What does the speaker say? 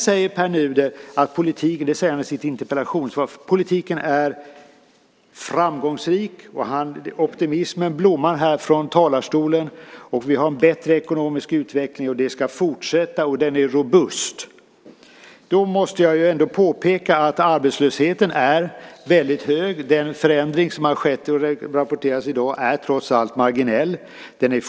Pär Nuder säger i sitt interpellationssvar att politiken är framgångsrik - optimismen blommar här från talarstolen - och att vi har en bättre ekonomisk utveckling, att den ska fortsätta och att den är robust. Då måste jag ändå påpeka att arbetslösheten är väldigt hög. Den förändring som har skett, och som rapporteras i dag, är trots allt marginell.